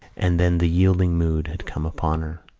and then the yielding mood had come upon her.